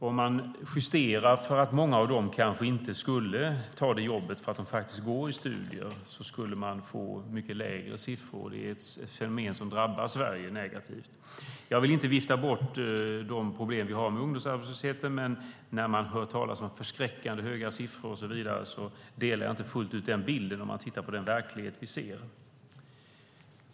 Om man justerar för att många av dem kanske inte skulle ta det jobbet för att de faktiskt är i studier skulle man få mycket lägre siffror. Detta är ett fenomen som drabbar Sverige negativt. Jag vill inte vifta bort de problem vi har med ungdomsarbetslösheten. Men man hör talas om förskräckande höga siffror och så vidare. Jag delar inte fullt ut den bilden om jag tittar på den verklighet vi har.